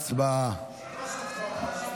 הצבעה.